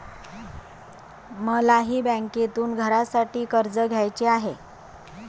मलाही बँकेतून घरासाठी कर्ज घ्यायचे आहे